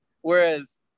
Whereas